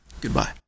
goodbye